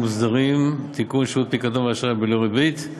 מוסדרים) (תיקון) (שירותי פיקדון ואשראי בלא ריבית).